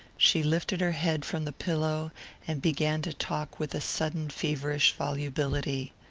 she lifted her head from the pillow and began to talk with a sudden feverish volubility.